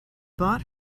bought